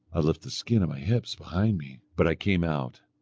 i left the skin of my hips behind me, but i came out.